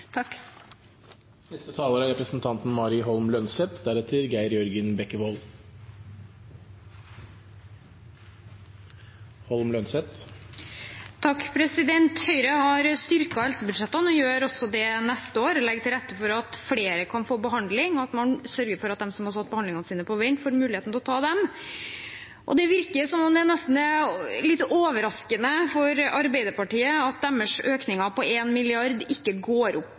Høyre har styrket helsebudsjettene og gjør også det neste år. Man legger til rette for at flere kan få behandling, og man sørger for at de som har fått satt behandlingen på vent, får muligheten til å ta den. Det virker som om det nesten er litt overraskende for Arbeiderpartiet at finansieringen av løftene deres ikke går opp